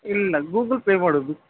ಇಲ್ಲ ಗೂಗಲ್ಪೇ ಮಾಡೋದು